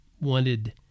wanted